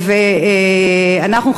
ואנחנו,